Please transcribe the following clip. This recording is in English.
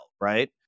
Right